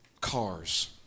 cars